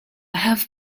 have